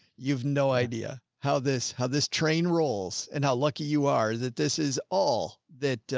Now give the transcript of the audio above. you have no idea. how this, how this train rolls and how lucky you are that this is all that, ah,